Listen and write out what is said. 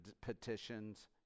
petitions